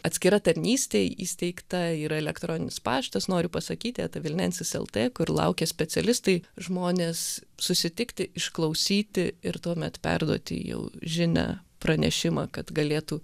atskira tarnystė įsteigta yra elektroninis paštas noriu pasakyt eta vilnensis el tė kur laukia specialistai žmonės susitikti išklausyti ir tuomet perduoti jau žinią pranešimą kad galėtų